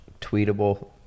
tweetable